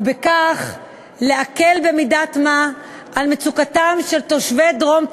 ובכך להקל במידת מה את מצוקתם של תושבי דרום תל-אביב.